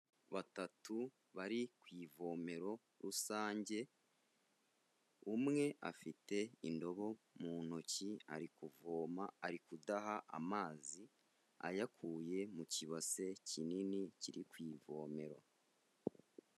Batatu bari ku ivomero rusange, umwe afite indobo mu ntoki ari kuvoma ari kudaha amazi, ayakuye mu kibase kinini kiri ku ivomero.